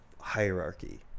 hierarchy